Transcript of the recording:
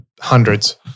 hundreds